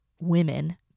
women